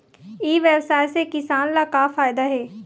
ई व्यवसाय से किसान ला का फ़ायदा हे?